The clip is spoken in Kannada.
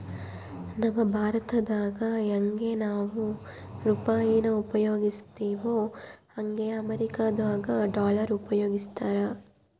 ನಮ್ ಭಾರತ್ದಾಗ ಯಂಗೆ ನಾವು ರೂಪಾಯಿನ ಉಪಯೋಗಿಸ್ತಿವೋ ಹಂಗೆ ಅಮೇರಿಕುದಾಗ ಡಾಲರ್ ಉಪಯೋಗಿಸ್ತಾರ